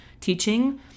teaching